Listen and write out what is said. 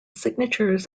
signatures